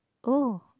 oh